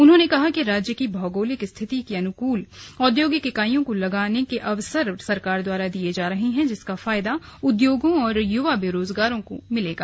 उन्होंने कहा कि राज्य की भौगोलिक स्थिति के अनुकूल औद्योगिक इकाइयों को लगाने के अवसर सरकार द्वारा दिये जा रहे हैं जिसका फायदा उद्योगों और युवा बेरोजगारों को मिलेगा